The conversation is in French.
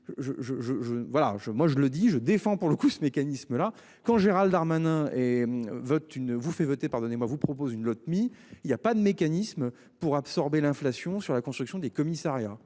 moi je le dis, je défends pour le coup, ce mécanisme-là quand Gérald Darmanin et votre tu ne vous fait voter pardonnez-moi vous propose une lotte mis il y a pas de mécanisme pour absorber l'inflation sur la construction des commissariats.